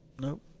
Nope